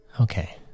okay